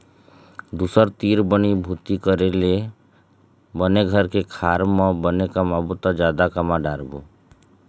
दूसर तीर बनी भूती करे ले बने घर के खार म बने कमाबो त जादा कमा डारबो